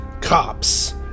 cops